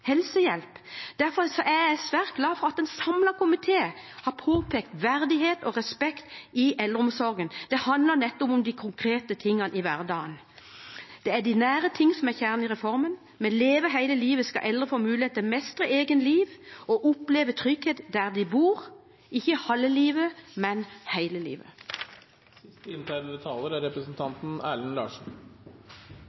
helsehjelp. Derfor er jeg svært glad for at en samlet komité har påpekt verdighet og respekt i eldreomsorgen. Det handler nettopp om de konkrete tingene i hverdagen. Det er de nære ting som er kjernen i reformen. Med Leve hele livet skal eldre få mulighet til å mestre eget liv og oppleve trygghet der de bor – ikke halve livet, men hele livet. Vi kan ikke løse alle samfunnets utfordringer med mer penger – mer penger er